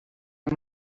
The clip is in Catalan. amb